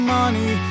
money